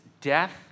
death